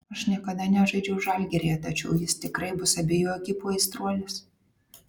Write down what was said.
aš niekada nežaidžiau žalgiryje tačiau jis tikrai bus abejų ekipų aistruolis